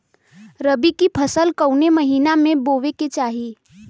रबी की फसल कौने महिना में बोवे के चाही?